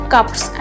Cups